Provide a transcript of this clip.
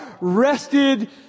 rested